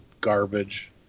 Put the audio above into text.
garbage